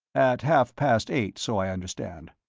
at half-past eight, so i understand.